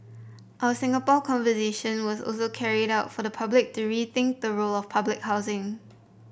our Singapore Conversation was also carried out for the public to rethink the role of public housing